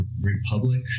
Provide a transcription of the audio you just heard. Republic